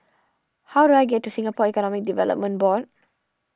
how do I get to Singapore Economic Development Board